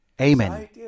Amen